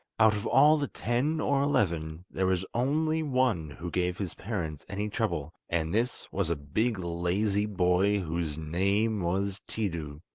out of all the ten or eleven, there was only one who gave his parents any trouble, and this was a big lazy boy whose name was tiidu.